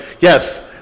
yes